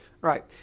Right